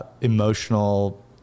emotional